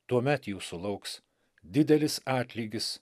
tuomet jūsų lauks didelis atlygis